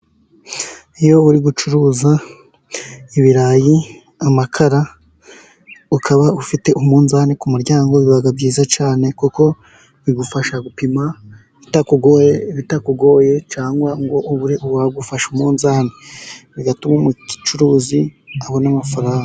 Iyo uri gucuruza ibirayi, amakarara, ukaba ufite umunzani ku muryango biba byiza cyane, kuko bigufasha gupima bitakugoye, cyangwa ngo ubure uwagufasha umunzani bigatuma umucuruzi abona amafaranga.